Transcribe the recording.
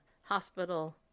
hospital